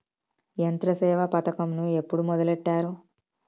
యంత్రసేవ పథకమును ఎప్పుడు మొదలెట్టారు?